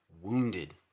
wounded